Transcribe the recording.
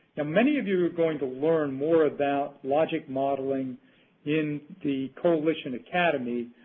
and many of you are going to learn more about logic modeling in the coalition academy,